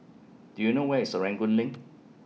Do YOU know Where IS Serangoon LINK